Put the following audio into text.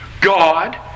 God